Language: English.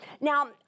Now